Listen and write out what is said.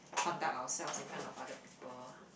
conduct ourselves in front of other people